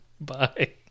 Bye